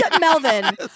Melvin